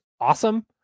awesome